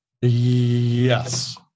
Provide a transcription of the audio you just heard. Yes